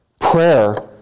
prayer